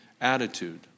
attitude